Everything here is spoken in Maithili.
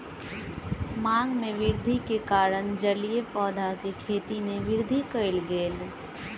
मांग में वृद्धि के कारण जलीय पौधा के खेती में वृद्धि कयल गेल